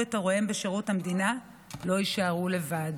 את הוריהם בשירות המדינה לא יישארו לבד.